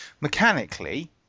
Mechanically